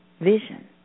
vision